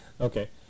Okay